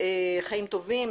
חיים טובים,